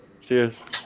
cheers